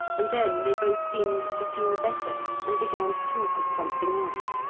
and then they both seemed to feel better and began to talk of something else.